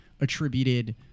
attributed